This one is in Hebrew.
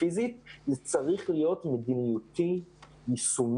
והפיזית צריך להיות של מדיניות ויישומי,